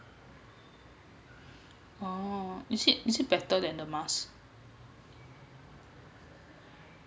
oh is it is it better than the mask